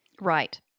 Right